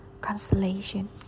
constellation